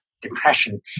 depression